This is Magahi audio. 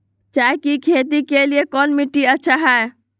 चाय की खेती के लिए कौन मिट्टी अच्छा हाय?